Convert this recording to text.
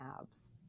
abs